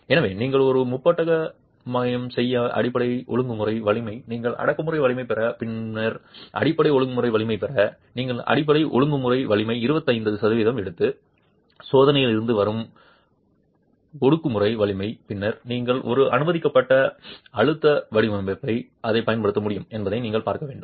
எனவே நீங்கள் ஒரு முப்பட்டகம் செய்ய அடிப்படை ஒடுக்குமுறை வலிமை நீங்கள் அடக்குமுறை வலிமை பெற பின்னர் அடிப்படை ஒடுக்குமுறை வலிமை பெற நீங்கள் அடிப்படை ஒடுக்குமுறை வலிமை 25 சதவீதம் எடுத்து சோதனை இருந்து வரும் ஒடுக்குமுறை வலிமை பின்னர் நீங்கள் ஒரு அனுமதிக்கப்பட்ட மன அழுத்தம் வடிவமைப்பு அதை பயன்படுத்த முடியும் என்பதை நீங்கள் பார்க்க வேண்டும்